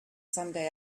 someday